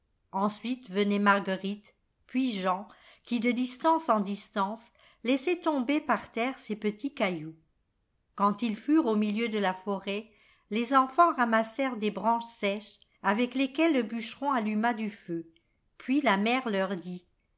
ensuite venait marguerite puis jean qui de distance en distance laissait tomber par terre ses petits cailloux quand ils furent au milieu de la forêt les enfants ramassèrent des branches sèches avec lesquelles le bûcheron alluma du feu puis la mère leur dit